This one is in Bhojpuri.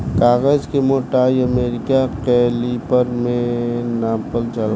कागज के मोटाई अमेरिका कैलिपर में नापल जाला